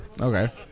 Okay